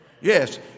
Yes